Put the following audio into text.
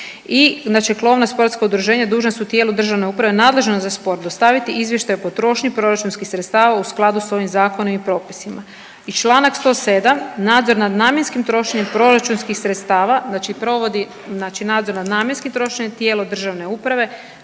i, znači krovna sportska udruženja dužna su tijelu državne uprave nadležne za sport dostaviti izvještaj o potrošnji proračunskih sredstava u skladu s ovim Zakonom i propisima. I čl. 107, nadzor nad namjenskim trošenjem proračunskih sredstava, znači provodi, znači nadzor na namjenskim trošenjem tijelo državne uprave